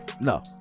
No